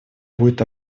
будет